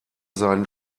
seinen